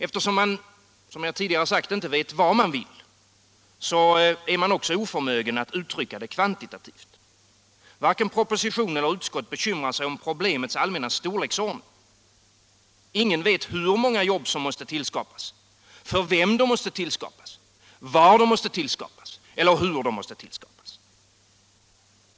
Eftersom man, som jag tidigare sagt, inte vet vad man vill är man också oförmögen att uttrycka det kvantitativt. Varken propositionen eller utskottets betänkande bekymrar sig om problemets allmänna storleksordning. Ingen vet hur många jobb som måste tillskapas, för vem de måste tillskapas, var de måste tillskapas eller hur de måste tillskapas.